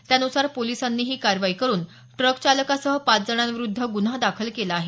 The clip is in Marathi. त्यानुसार पोलिसांनी ही कारवाई करुन ट्रक चालकासह पाच जणांविरुद्ध गुन्हा दाखल केला आहे